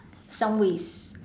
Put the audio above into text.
some ways